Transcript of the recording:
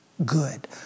Good